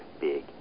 big